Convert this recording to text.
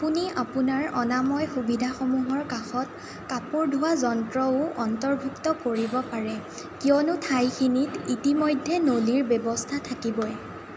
আপুনি আপোনাৰ অনাময় সুবিধাসমূহৰ কাষত কাপোৰ ধোৱা যন্ত্ৰও অন্তৰ্ভুক্ত কৰিব পাৰে কিয়নো ঠাইখিনিত ইতিমধ্যে নলীৰ ব্যৱস্থা থাকিবই